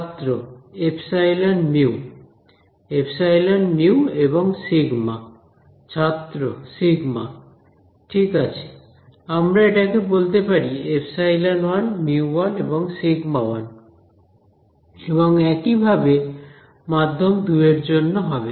ছাত্র epsilon ε mu μ epsilon ε mu μ এবং sigma σ ছাত্র সিগমা σ ঠিক আছে এটাকে আমরা বলতে পারি ε1 μ1এবং σ1এবং একইভাবে মাধ্যম 2 এর জন্য হবে